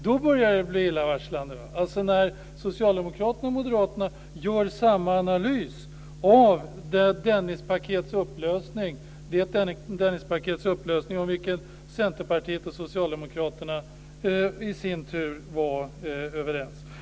Då börjar det bli illavarslande när Socialdemokraterna och Moderaterna gör samma analys av Dennispaketets upplösning, det Dennispaket om vilket Centerpartiet och Socialdemokraterna i sin tur var överens.